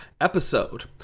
episode